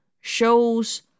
shows